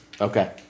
Okay